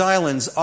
Islands